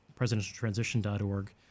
presidentialtransition.org